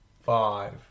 Five